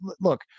look